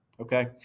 Okay